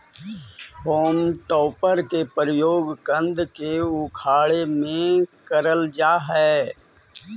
home टॉपर के प्रयोग कन्द के उखाड़े में करल जा हई